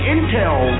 Intel